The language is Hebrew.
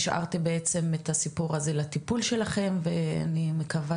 השארתי בעצם את הסיפור הזה לטיפול שלכם ואני מקווה